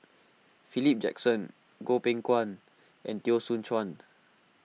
Philip Jackson Goh Beng Kwan and Teo Soon Chuan